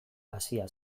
hasia